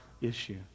issue